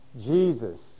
Jesus